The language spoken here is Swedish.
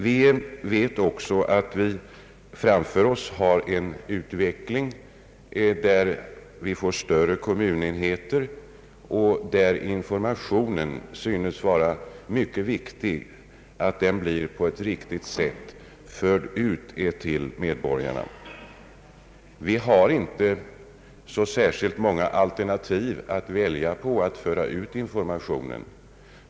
Vi vet också att vi framför oss har en utveckling mot större kommunenheter, där informationen synes vara mycket viktig, varför den på ett riktigt sätt bör föras ut till medborgarna. Vi har inte särskilt många alternativ att välja på, när det gäller att föra ut informationen.